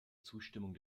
zustimmung